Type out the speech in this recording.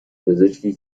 پزشکی